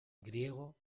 griego